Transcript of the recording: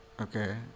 okay